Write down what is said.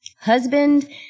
husband